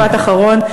משפט אחרון.